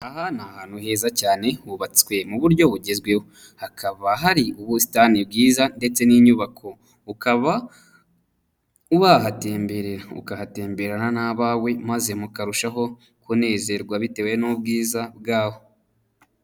Aha ni ahantu heza cyane hubatswe mu buryo bugezweho, hakaba hari ubusitani bwiza ndetse n'inyubako, ukaba wahatemberera, ukahatemberana n'abawe maze mukarushaho kunezerwa bitewe n'ubwiza bwaho.